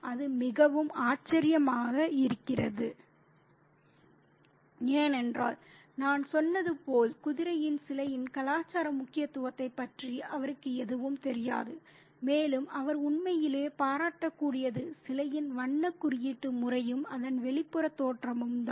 அது மிகவும் ஆச்சரியமாக இருக்கிறது ஏனென்றால் நான் சொன்னது போல் குதிரையின் சிலையின் கலாச்சார முக்கியத்துவத்தைப் பற்றி அவருக்கு எதுவும் தெரியாது மேலும் அவர் உண்மையிலேயே பாராட்டக்கூடியது சிலையின் வண்ண குறியீட்டு முறையும் அதன் வெளிப்புற தோற்றமும் தான்